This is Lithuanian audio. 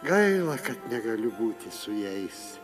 gaila kad negaliu būti su jais